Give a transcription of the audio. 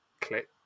click